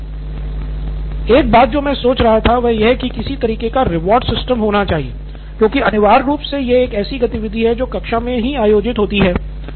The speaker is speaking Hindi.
निथिन कुरियन एक बात जो मैं सोच रहा था वह यह है कि किसी तरह का रिवार्ड सिस्टम होना चाहिए क्योंकि अनिवार्य रूप से यह एक ऐसी गतिविधि है जो कक्षा में ही आयोजित होती है